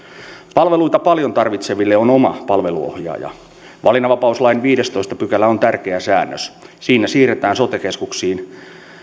palveluita paljon tarvitseville on oma palveluohjaaja valinnanvapauslain viidestoista pykälä on tärkeä säännös siinä siirretään sote keskuksiin